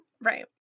Right